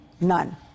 None